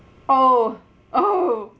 oh oh